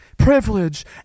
Privilege